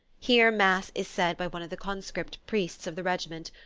here mass is said by one of the conscript priests of the regiment,